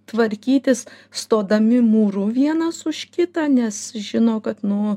tvarkytis stodami mūru vienas už kitą nes žino kad nu